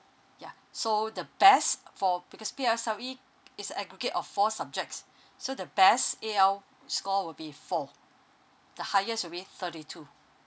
ya so the best for because P_S_L_E is a aggregate of four subjects so the best A_L score will be four the highest will be thirty two